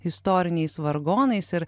istoriniais vargonais ir